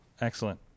Excellent